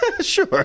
Sure